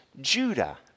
Judah